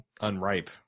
Unripe